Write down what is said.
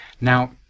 Now